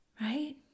right